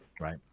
Right